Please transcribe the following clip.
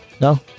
No